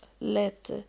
let